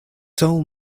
sole